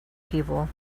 people